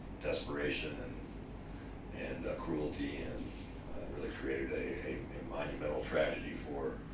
desperation and and cruelty and really created a a monumental tragedy for